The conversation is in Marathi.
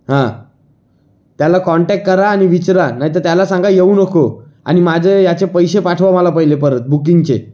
हां त्याला कॉन्टॅक्ट करा आणि विचारा नाही तर त्याला सांगा येऊ नको आणि माझे याचे पैसे पाठवा मला पहिले परत बुकींगचे